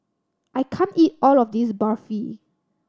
I can't eat all of this Barfi